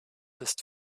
ist